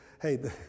hey